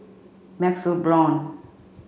MaxLe Blond